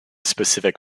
specific